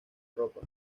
ropa